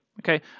Okay